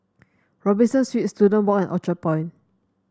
Robinson Suites Student Walk and Orchard Point